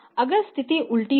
अगर स्थिति उलटी हुई